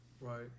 right